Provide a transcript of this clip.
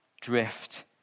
drift